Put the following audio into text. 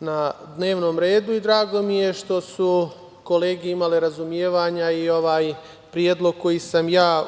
na dnevnom redu i drago mi je što su kolege imale razumevanja za ovaj predlog koji sam ja